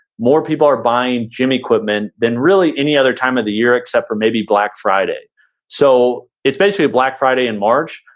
more people are buying gym equipment than really any other time of the year except for maybe black friday so it's basically a black friday in march.